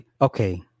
okay